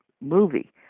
movie